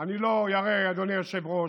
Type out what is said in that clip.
אני לא אראה, אדוני היושב-ראש,